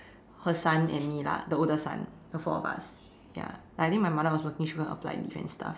her son and me lah the older son the four of us ya I think my mother was working so she couldn't apply leave and stuff